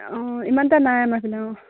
অঁ ইমান এটা নাই আমাৰ পিনে অঁ